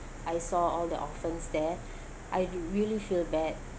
I saw all the orphans there I really feel bad